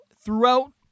throughout